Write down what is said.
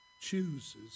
chooses